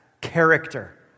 character